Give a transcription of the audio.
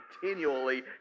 continually